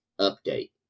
update